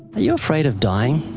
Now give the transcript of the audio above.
are you afraid of dying?